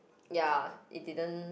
ya it didn't